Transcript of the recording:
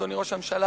אדוני ראש הממשלה,